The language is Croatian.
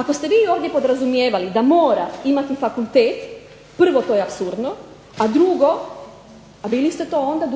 Ako ste vi ovdje podrazumijevali da mora imati fakultet prvo to je apsurdno, a drugo bili ste to onda